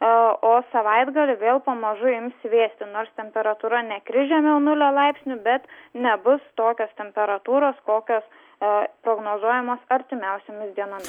o savaitgalį vėl pamažu ims vėsti nors temperatūra nekris žemiau nulio laipsnių bet nebus tokios temperatūros kokios prognozuojamos artimiausiomis dienomis